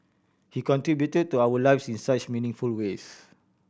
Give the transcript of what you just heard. he contributed to our lives in such meaningful ways